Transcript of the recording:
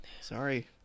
Sorry